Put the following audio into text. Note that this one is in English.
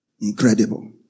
Incredible